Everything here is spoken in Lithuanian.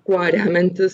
kuo remiantis